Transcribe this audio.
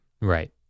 Right